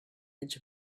edge